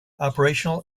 operational